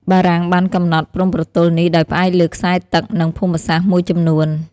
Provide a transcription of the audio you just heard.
បារាំងបានកំណត់ព្រំប្រទល់នេះដោយផ្អែកលើខ្សែទឹក និងភូមិសាស្ត្រមួយចំនួន។